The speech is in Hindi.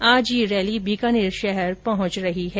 आज ये रैली बीकानेर शहर पहंच रही है